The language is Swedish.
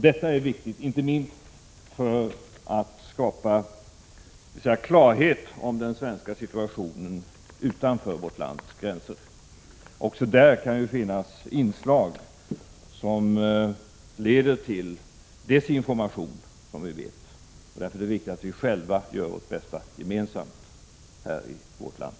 Detta är viktigt, inte minst för att skapa klarhet utanför vårt lands gränser om den svenska situationen. Också där kan det finnas inslag som leder till desinformation, som vi vet. Därför är det viktigt att vi själva gemensamt gör vårt bästa här i vårt land.